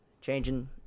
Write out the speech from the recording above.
changing